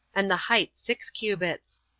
and the height six cubits.